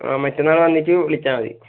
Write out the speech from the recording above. ആ മറ്റന്നാൾ വന്നിട്ട് വിളിച്ചാൽ മതി